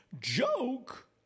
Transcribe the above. joke